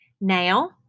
now